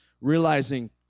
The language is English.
realizing